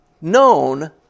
known